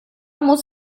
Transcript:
muss